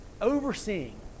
overseeing